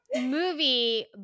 movie